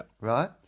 Right